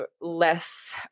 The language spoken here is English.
less